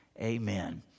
Amen